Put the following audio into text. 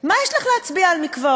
מה יש לך להצביע על מקוואות?